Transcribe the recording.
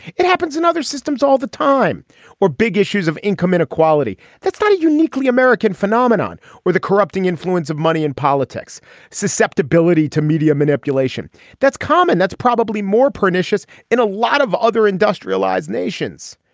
it happens in other systems all the time where big issues of income inequality. that's not a uniquely american phenomenon where the corrupting influence of money in politics susceptibility to media manipulation that's common. that's probably more pernicious in a lot of other industrialized nations.